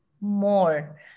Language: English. more